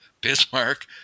Bismarck